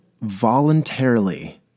voluntarily